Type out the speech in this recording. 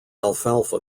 alfalfa